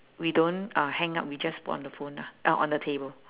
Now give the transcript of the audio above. we don't uh hang up we just put on the phone lah uh on the table